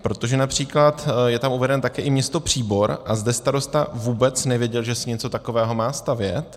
Protože například je tam uvedeno také město Příbor a zde starosta vůbec nevěděl, že se něco takového má stavět.